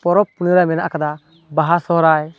ᱯᱚᱨᱚᱵᱽ ᱯᱤᱲᱦᱟᱹ ᱢᱮᱱᱟᱜ ᱟᱠᱟᱫᱟ ᱵᱟᱦᱟ ᱥᱚᱦᱚᱨᱟᱭ